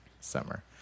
summer